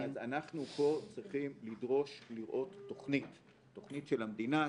אז אנחנו פה צריכים לדרוש לראות תכנית תכנית של המדינה,